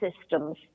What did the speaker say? systems